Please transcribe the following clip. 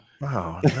Wow